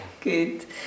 good